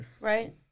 right